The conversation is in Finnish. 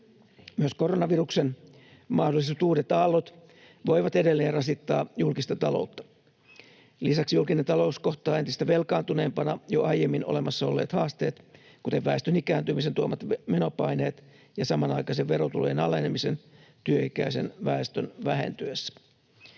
Myös koronaviruksen mahdolliset uudet aallot voivat edelleen rasittaa julkista taloutta. Lisäksi julkinen talous kohtaa entistä velkaantuneempana jo aiemmin olemassa olleet haasteet, kuten väestön ikääntymisen tuomat menopaineet ja samanaikaisen verotulojen alenemisen työikäisen väestön vähentyessä.